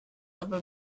aber